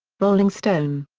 rolling stone.